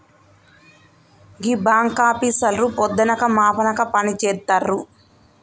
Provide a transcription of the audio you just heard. గీ బాంకాపీసర్లు పొద్దనక మాపనక పనిజేత్తరు